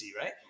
right